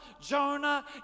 Jonah